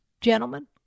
Gentlemen